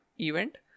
event